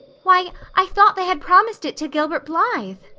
why, i thought they had promised it to gilbert blythe!